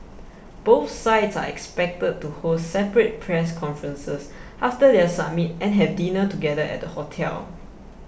both sides are expected to hold separate press conferences after their summit and have dinner together at the hotel